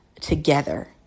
together